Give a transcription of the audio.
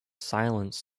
silence